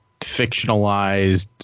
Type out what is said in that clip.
Fictionalized